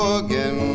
again